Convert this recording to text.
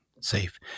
safe